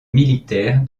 militaire